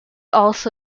also